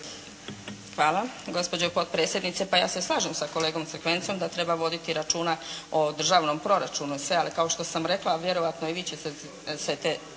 Hvala. Gospođo potpredsjednice pa ja se slažem sa kolegom Crkvencom da treba voditi računa o državnom proračunu